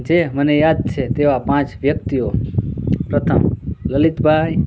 જે મને યાદ છે તેવા પાંચ વ્યક્તિઓ પ્રથમ લલિતભાઈ